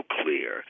clear